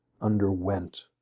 underwent